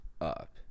up